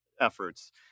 efforts